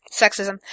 sexism